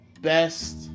best